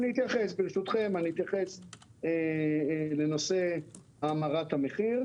ברשותכם, אני אתייחס לנושא האמרת המחיר.